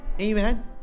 Amen